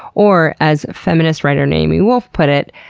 or as feminist writer naomi wolf put it,